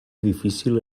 difícil